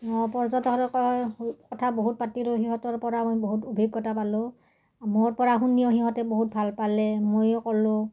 পৰ্যটকৰ কথা বহুত পাতিলোঁ সিহঁতৰ পৰা মই বহুত অভিজ্ঞতা পালোঁ মোৰ পৰা শুনিও সিহঁতে বহুত ভাল পালে ময়ো ক'লোঁ